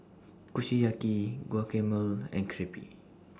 Kushiyaki Guacamole and Crepe